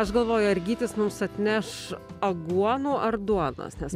aš galvoju ar gytis mums atneš aguonų ar duonos nes